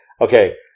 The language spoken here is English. Okay